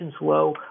low